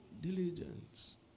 diligence